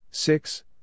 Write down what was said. Six